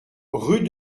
rue